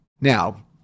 Now